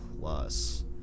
Plus